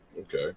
Okay